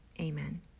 Amen